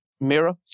Mira